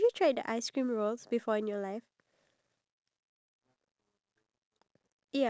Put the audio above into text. we are leaving in the morning and we got no time to like oh let me pack in the morning or something